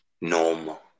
Normal